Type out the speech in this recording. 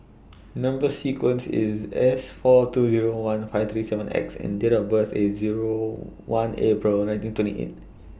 Number sequence IS S four two Zero one five three seven X and Date of birth IS Zero one April nineteen twenty eight